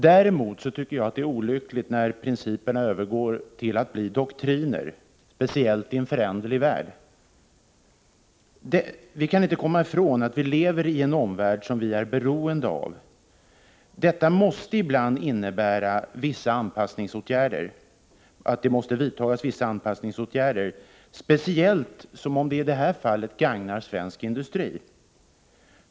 Däremot tycker jag det är olyckligt när principer övergår till att bli doktriner, speciellt i en föränderlig värld. Vi kan inte komma ifrån att vi lever i en omvärld som vi är beroende av. Detta måste ibland innebära att vissa anpassningsåtgärder måste vidtas, speciellt om de som i detta fall gagnar svensk industri.